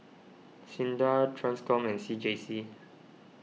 Sinda Transcom and C J C